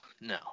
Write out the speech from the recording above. no